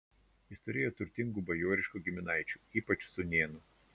jis turėjo turtingų bajoriškų giminaičių ypač sūnėnų